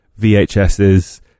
VHSs